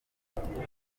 icyo